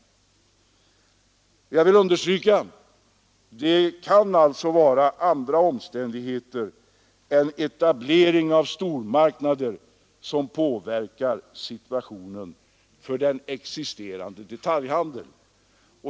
Jag vill alltså understryka att det kan vara andra omständigheter än etablering av stormarknader som påverkar situationen för den existerande detaljhandeln.